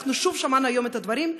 היום שוב שמענו את הדברים,